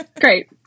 great